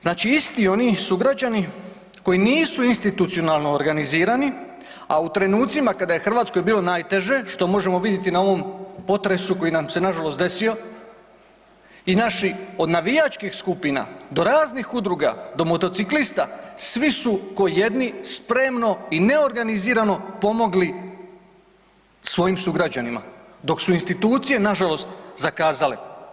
Znači isti oni sugrađani koji nisu institucionalno organizirani, a u trenucima kada je Hrvatskoj bilo najteže što možemo vidjeti na ovom potresu koji nam se nažalost desio i naši od navijačkih skupina do raznih udruga do motociklista svi su ko jedni spremno i neorganizirano pomogli svojim sugrađanima, dok su institucije nažalost zakazale.